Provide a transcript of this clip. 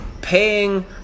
paying